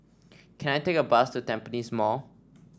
can I take a bus to Tampines Mall